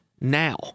now